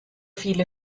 viele